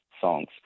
songs